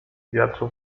wiatru